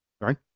Right